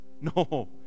No